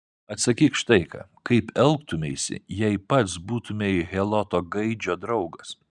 atsakyk štai ką kaip elgtumeisi jei pats būtumei heloto gaidžio draugas